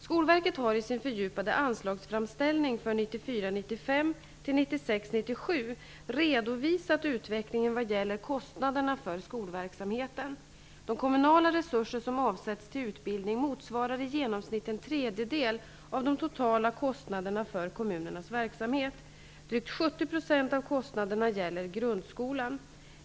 Skolverket har i sin fördjupade anslagsframställning för 1994 97 redovisat utvecklingen vad gäller kostnaderna för skolverksamheten. De kommunala resurser som avsätts till utbildning motsvarar i genomsnitt en tredjedel av de totala kostnaderna för kommunernas verksamhet. Drygt 70 % av kostnaderna gäller grundskolan.